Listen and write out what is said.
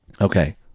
Okay